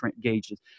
gauges